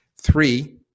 Three